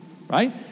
Right